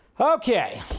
Okay